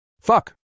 Fuck